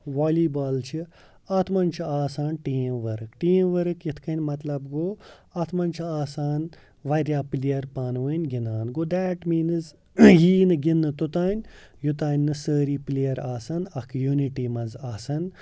والی بال چھِ اَتھ مَنٛز چھُ آسان ٹیٖم ؤرِک ٹیٖم ؤرِک یِتھ کنۍ مَطلَب گوٚو اَتھ مَنٛز چھُ آسان واریاہ پٕلیر پانہٕ ؤنۍ گِندان گوٚو دیٹ میٖنٕز یہٕ یی نہٕ گِنٛدنہٕ توٚتانۍ یوٚتانۍ نہِ سٲری پٕلیر آسن اَکھ یونِٹِی مَنٛز آسن